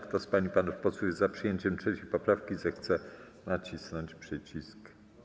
Kto z pań i panów posłów jest za przyjęciem 3. poprawki, zechce nacisnąć przycisk.